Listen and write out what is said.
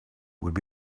would